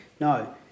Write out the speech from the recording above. No